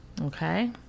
Okay